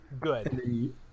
Good